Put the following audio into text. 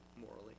morally